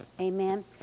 amen